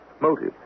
Motive